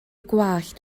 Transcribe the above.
gwallt